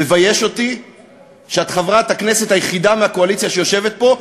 מבייש אותי שאת חברת הכנסת היחידה מהקואליציה שיושבת פה,